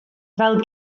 fel